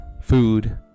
food